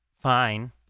fine